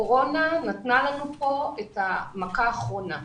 הקורונה נתנה לנו כאן את המכה האחרונה.